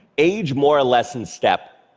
age more or less in step,